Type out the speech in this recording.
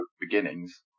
beginnings